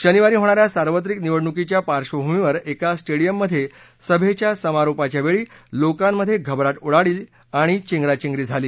शनिवारी होणाऱ्या सार्वत्रिक निवडणुकीच्या पार्बभूमीवर एका स्टेडियममध्ये सभेच्या समारोपाच्या वेळी लोकांमध्ये घबराट उडाली आणि चेंगराचेंगरी झाली